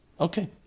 Okay